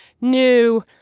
new